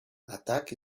attack